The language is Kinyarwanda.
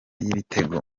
y’ibitego